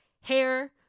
hair